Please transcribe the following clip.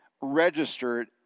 registered